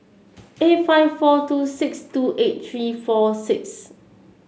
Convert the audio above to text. eight five four two six two eight three four six